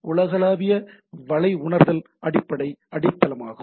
உலகளாவிய வலை உணர்தல் அடிப்படை அடித்தளமாகும்